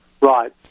Right